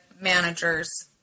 managers